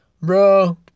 Bro